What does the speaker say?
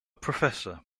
professor